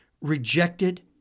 rejected